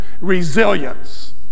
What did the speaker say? Resilience